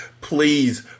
please